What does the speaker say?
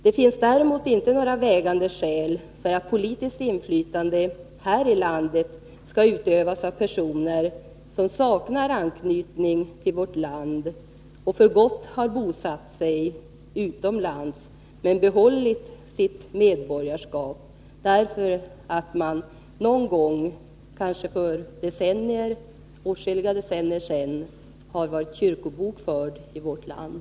Det finns däremot inte några vägande skäl för att politiskt inflytande här i landet skall utövas av personer som saknar anknytning till vårt land och för gott har bosatt sig utomlands men behållit sitt svenska medborgarskap, därför att de någon gång — kanske för åtskilliga decennier sedan — har varit kyrkobokförda i vårt land.